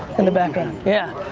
in the background, yeah.